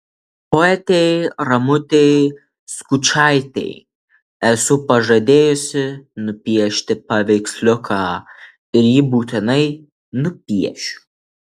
poetei ramutei skučaitei esu pažadėjusi nupiešti paveiksliuką ir jį būtinai nupiešiu